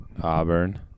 Auburn